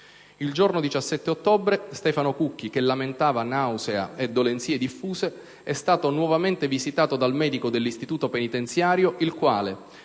Il giorno 17 ottobre, Stefano Cucchi, che lamentava nausea e dolenzie diffuse, è stato nuovamente visitato dal medico dell'istituto penitenziario, il quale,